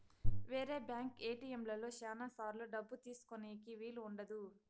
వేరే బ్యాంక్ ఏటిఎంలలో శ్యానా సార్లు డబ్బు తీసుకోనీకి వీలు ఉండదు